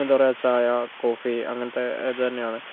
എന്താ പറയുക ചായ കോഫി അങ്ങനത്തെ ഇത് തന്നെയാണ്